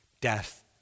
Death